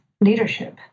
leadership